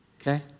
Okay